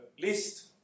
list